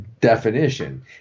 definition